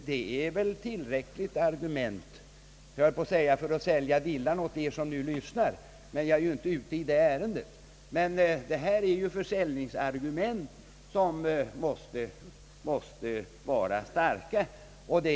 Detta är väl ett tillräckligt argument — jag höll på att säga för att sälja villan till er, som nu lyssnar, men jag är ju inte ute i det ärendet, Det är emellertid ett försäljningsargument som måste vara mycket starkt.